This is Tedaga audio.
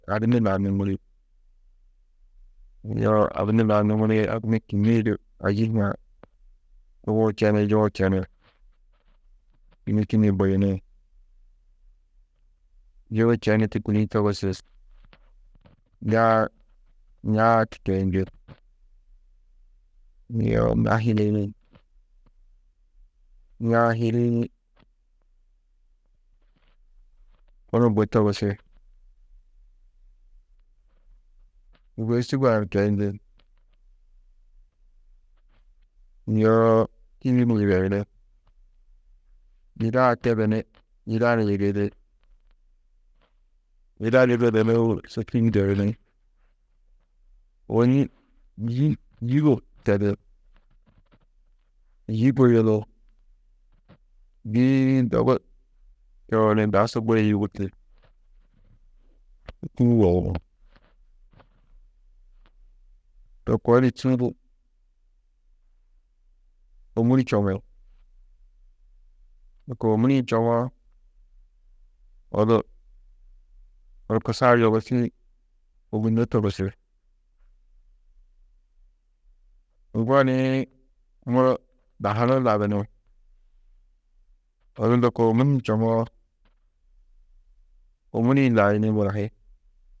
Adimmi lau nûŋuri, yo adimmi lau nûŋurĩ adimmi kînniĩ du ayî hunã tuguũ čeni, yuũ čeni, kînni, kînnii buyini, yuũ čenî tûkuliĩ togusi, ñaa, ñaa-ã keyindi, yo ña hiliyini, ña-ã hiliyinî kunu bui togusi, sûgoi sûg-ã ni keyindi, yoo tîbi ni yibeyini, yidaa tedu ni yida ni yigiidi, yida su tîbi yibeyini, ôwonni yî, yîgo tedi, yî guyunu, yî-ĩ dogu teu ni dasu guyi yûgurtu ni yibeyini, to koo di čîi di ômuri čoŋi, lôko ômuri-ĩ čoŋoo odu horkusa-ã yogusî ôgunno togusi. Ŋgo nii muro da hunu du laduni, odu lôko ômuri-ĩ čoŋoo ômuri-ĩ layini muro hi.